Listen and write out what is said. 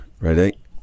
Ready